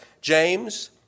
James